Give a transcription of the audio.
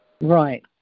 Right